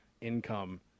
income